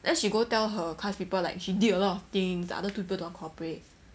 then she go tell her class people like she did a lot of things the other two people don't want to cooperate